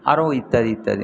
আরো ইত্যাদি ইত্যাদি